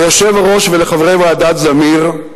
ליושב-ראש ולחברי ועדת-זמיר,